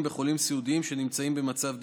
בחולים סיעודיים שנמצאים במצב דיכאוני,